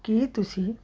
ਕੀ ਤੁਸੀਂ